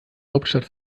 hauptstadt